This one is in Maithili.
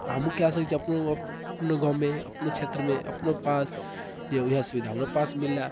हमहुँ कए सकैत छी अपनो अपनो गाँवमे अपनो क्षेत्रमे अपनो पास जे ओएह सुविधा हमरो पास मिलै